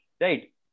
right